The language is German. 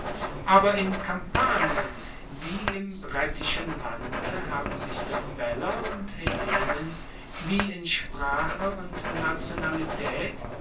aber in kampanien wie im brettischen lande haben sich sabeller und hellenen wie in sprache und nationalitaet